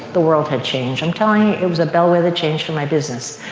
the world had changed. i'm telling you, it was a bellwether change for my business.